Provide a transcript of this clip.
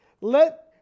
Let